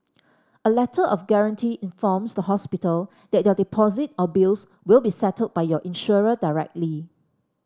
a Letter of Guarantee informs the hospital that your deposit or bills will be settled by your insurer directly